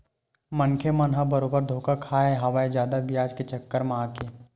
मनखे मन ह बरोबर धोखा खाय खाय हवय जादा बियाज के चक्कर म आके